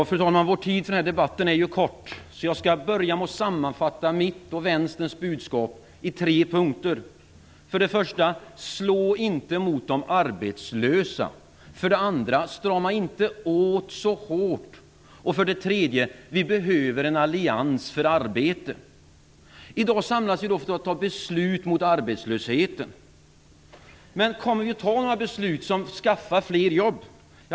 Fru talman! Vår tid för denna debatt är kort. Jag skall därför börja med att sammanfatta mitt och För det första: Slå inte mot de arbetslösa! För det andra: Strama inte åt så hårt! För det tredje: Vi behöver en allians för arbete. I dag samlas vi för att fatta beslut mot arbetslösheten. Men kommer vi att fatta några beslut som skaffar fler jobb?